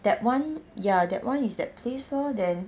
that one ya that one is that place lor then